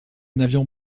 n’avions